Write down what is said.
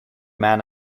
man